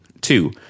Two